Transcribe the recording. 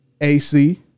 AC